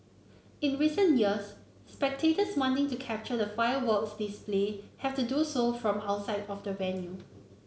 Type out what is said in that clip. in recent years spectators wanting to capture the fireworks display have to do so from outside of the venue